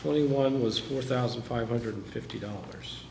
twenty one was four thousand five hundred fifty dollars